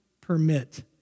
permit